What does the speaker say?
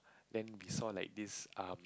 then saw like this um